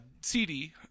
CD